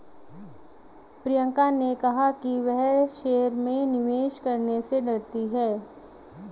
प्रियंका ने कहा कि वह शेयर में निवेश करने से डरती है